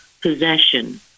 possession